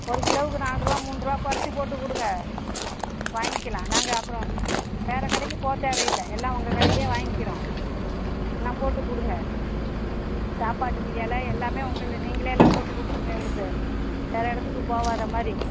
ஒரு கிலோவுக்கு நால்ரூபா மூன்றுரூவா குறச்சு போட்டு கொடுங்க வாங்கிக்கலாம் நாங்கள் அப்புறம் வேற கடைக்கு போகத் தேவையில்ல எல்லாம் உங்கள் கடையிலே வாங்கிக்கிறோம் எல்லாம் போட்டு கொடுங்க சாப்பாட்டுக்கு இல எல்லாமே உங்களை நீங்களே எல்லாம் போட்டு கொடுத்துருங்க எங்களுக்கு வேற இடத்துக்கு போகாத மாதிரி